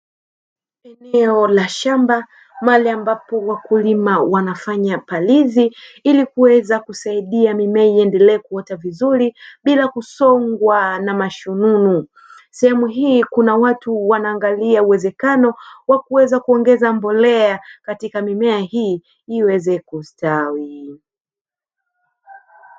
Eneo la shamba mahali ambapo wakulima wanafanya palizi ili kuweza kusaidia mimea iendele kuota vizuri bila kusongwa na mashununu. Sehemu hii kuna watu wanaangalia uwezekano wa kuweza kuongeza mbolea katika mimea hii iweze kustawi.